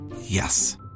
Yes